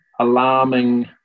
alarming